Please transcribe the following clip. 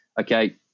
okay